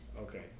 Okay